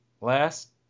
last